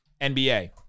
NBA